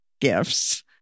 gifts